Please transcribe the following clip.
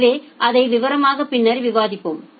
எனவே அதை விவரமாக பின்னர் விவாதிப்போம்